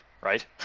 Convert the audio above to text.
right